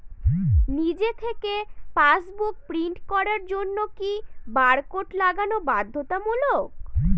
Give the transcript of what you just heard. নিজে থেকে passbook print করার জন্য কি বারকোড লাগানো বাধ্যতামূলক?